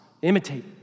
Imitate